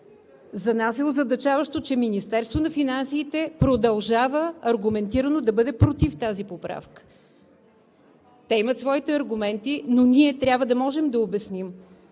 За нас е озадачаващо, че Министерството на финансите продължава аргументирано да бъде против тази поправка. (Реплики.) Те имат своите аргументи, но ние трябва да можем да обясним,